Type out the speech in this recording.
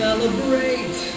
Celebrate